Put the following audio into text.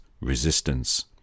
resistance